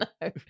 no